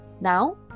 Now